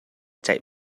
ceih